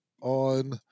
on